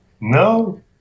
No